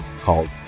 called